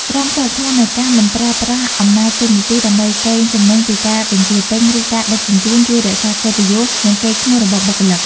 ក្រមសីលធម៌នៃការមិនប្រើប្រាស់អំណាចតួនាទីដើម្បីកេងចំណេញពីការបញ្ជាទិញ ឬការដឹកជញ្ជូន ជួយរក្សាកិត្តិយស និងកេរ្តិ៍ឈ្មោះរបស់បុគ្គលិក។